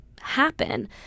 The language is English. happen